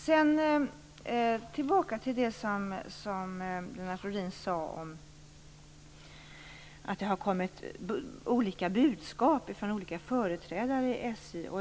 Lennart Rohdin sade att det har kommit olika budskap från olika företrädare för SJ.